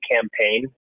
campaign